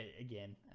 again